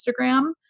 Instagram